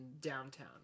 downtown